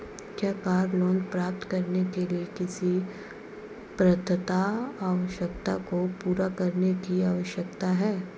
क्या car loan प्राप्त करने के लिए किसी पात्रता आवश्यकता को पूरा करने की आवश्यकता है?